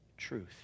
Truth